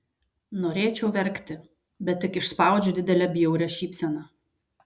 norėčiau verkti bet tik išspaudžiu didelę bjaurią šypseną